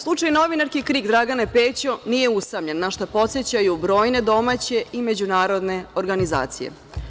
Slučaj novinarke KRIK Dragane Pećo nije usamljen, na šta podsećaju brojne domaće i međunarodne organizacije.